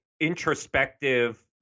introspective